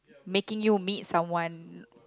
making you meet someone